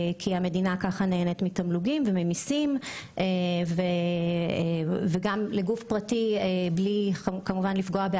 כך המדינה נהנית מתמלוגים ומיסים וגם לגוף פרטי יש את